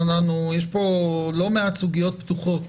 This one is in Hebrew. יש פה לא מעט סוגיות פתוחות.